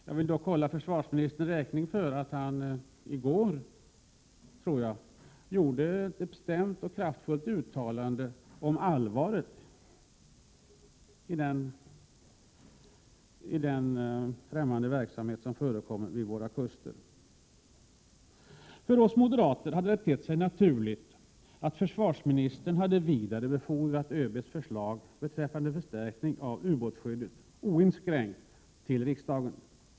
Jag vill dock hålla försvarsministern räkning för att han i går, tror jag, gjorde ett bestämt och kraftfullt uttalande om allvaret i den främmande verksamhet som förekommer vid våra kuster. För oss moderater hade det tett sig naturligt att försvarsministern hade vidarebefordrat ÖB:s förslag beträffande förstärkning av ubåtsskyddet oinskränkt till riksdagen.